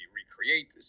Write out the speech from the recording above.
recreate